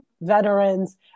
veterans